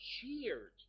cheered